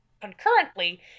concurrently